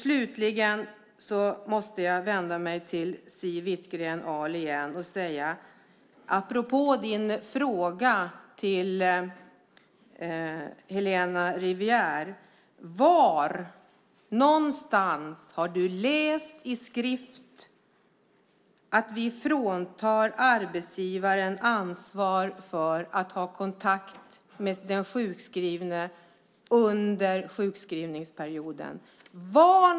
Slutligen måste jag vända mig till Siw Wittgren-Ahl igen och säga, apropå din fråga till Helena Rivière: Var någonstans har du läst i skrift att vi fråntar arbetsgivaren ansvaret att ha kontakt med den sjukskrivne under sjukskrivningsperioden?